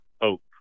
hope